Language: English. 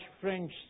French